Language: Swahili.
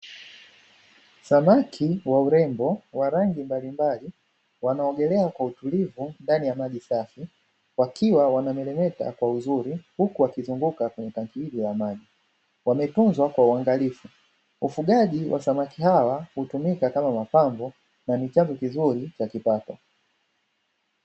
samaki wa urembo wa rangi mbalimbali wanaogelea kwa utulivu ndani ya maji safi, wakiwa wanameremeta kwa uzuri huku wakizunguka kwenye tanki hilo la maji, wametunzwa wametunzwa kwa uangalifu. Ufugaji wa samaki hawa hutumika kama mapambo na ni chanzo kizuri cha kipato.